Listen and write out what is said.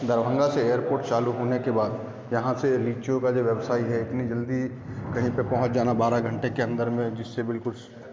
दरभंगा से एयरपोर्ट चालू होने के बाद यहाँ से लीचियों का जो व्यवसाय है इतनी जल्दी कहीं पे पहुंच जाना बारह घंटे के अंदर अंदर जिससे बिल्कुल